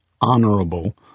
honorable